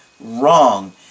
wrong